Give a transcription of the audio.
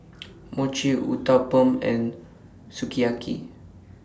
Mochi Uthapam and Sukiyaki